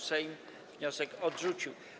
Sejm wniosek odrzucił.